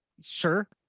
Sure